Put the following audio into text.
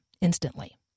instantly